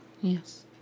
Yes